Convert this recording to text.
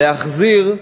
להחזיר,